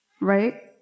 right